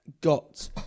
got